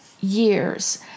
years